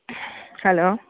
hello